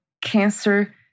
cancer